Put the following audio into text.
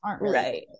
right